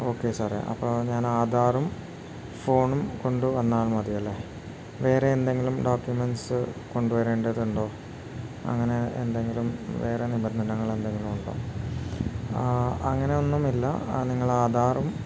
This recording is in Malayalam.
ഓക്കെ സാറേ അപ്പോൾ ഞാനാധാറും ഫോണും കൊണ്ടുവന്നാൽ മതിയല്ലേ വേറെ എന്തെങ്കിലും ഡോക്യൂമെൻ്റ്സ് കൊണ്ടുവരേണ്ടതുണ്ടോ അങ്ങനെ എന്തെങ്കിലും വേറെ നിബന്ധനകൾ എന്തെങ്കിലുമുണ്ടോ അങ്ങനെയൊന്നുമില്ല നിങ്ങളാധാറും